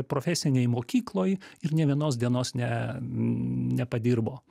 profesinėj mokykloj ir nė vienos dienos ne nepadirbo